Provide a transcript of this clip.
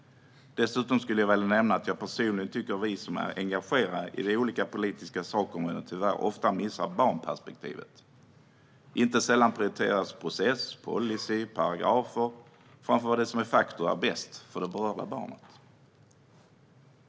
Dessutom skulle jag vilja nämna att jag personligen tycker att vi som är engagerade i de olika politiska sakområdena tyvärr ofta missar barnperspektivet. Inte sällan prioriteras processer, policyer och paragrafer framför vad som de facto är bäst för det berörda barnet.